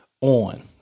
on